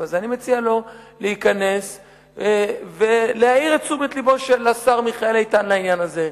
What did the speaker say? אני מציע לו להיכנס ולהעיר את תשומת לבו של השר מיכאל איתן לעניין הזה.